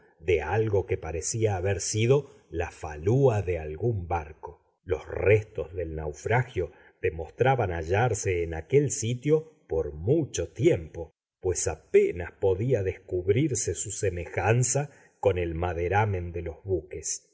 de algo que parecía haber sido la falúa de algún barco los restos del naufragio demostraban hallarse en aquel sitio por mucho tiempo pues apenas podía descubrirse su semejanza con el maderamen de los buques